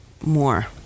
more